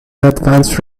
advance